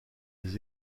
des